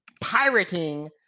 pirating